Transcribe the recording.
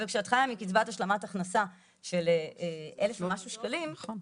אבל כשאת באה מקצבת השלמת הכנסה של אלף ומשהו שקלים --- נכון.